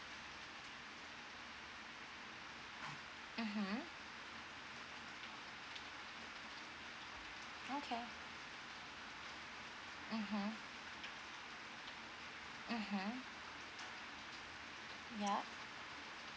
mmhmm okay mmhmm mmhmm ya